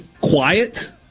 quiet